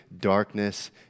darkness